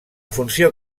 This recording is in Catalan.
funció